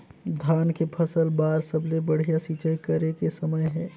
धान के फसल बार सबले बढ़िया सिंचाई करे के समय हे?